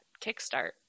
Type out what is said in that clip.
kickstart